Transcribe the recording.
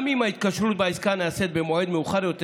גם אם ההתקשרות בעסקה נעשית במועד מאוחר יותר